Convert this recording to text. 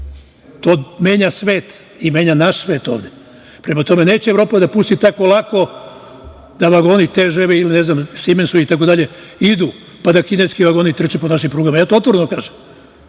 To menja svet i menja naš svet ovde. Prema tome, neće Evropa da pusti tako lako da vagoni TŽV ili „Simens“ itd, idu, pa da kineski vagoni trče po našim prugama, ja vam to otvoreno kažem